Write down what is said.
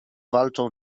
walczą